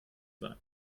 sein